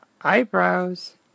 eyebrows